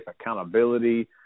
accountability